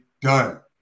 done